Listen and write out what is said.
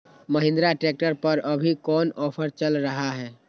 Mahindra tractor पर अभी कोन ऑफर चल रहा है?